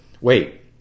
Wait